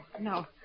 no